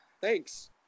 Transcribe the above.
Thanks